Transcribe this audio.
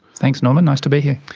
thanks, norman. nice to be here.